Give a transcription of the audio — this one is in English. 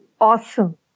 Awesome